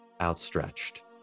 outstretched